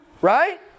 right